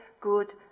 good